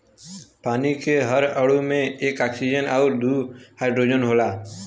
पानी के हर अणु में एक ऑक्सीजन आउर दूसर हाईड्रोजन होला